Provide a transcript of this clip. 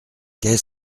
qu’est